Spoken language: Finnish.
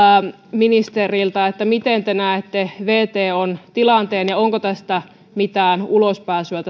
ministeriltä miten te näette wton tilanteen ja onko tästä pattitilanteesta mitään ulospääsyä